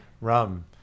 Rum